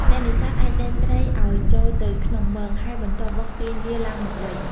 អ្នកនេសាទអាចដេញត្រីឲ្យចូលទៅក្នុងមង ហើយបន្ទាប់មកទាញវាឡើងមកវិញ។